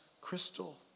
crystal